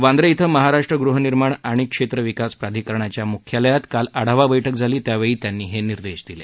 वांद्रे श्वीं महाराष्ट्र गृहनिर्माण आणि क्षेत्र विकास प्राधिकरणाच्या मुख्यालयात काल आढावा बैठक झाली त्यावेळी त्यांनी हे निर्देश दिले